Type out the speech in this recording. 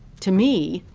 to me,